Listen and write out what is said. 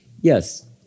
Yes